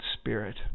spirit